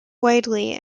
widely